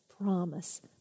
promise